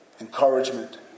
encouragement